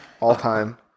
All-time